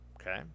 Okay